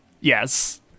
yes